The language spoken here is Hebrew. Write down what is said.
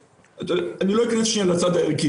אני לא אכנס לצד הערכי,